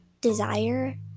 desire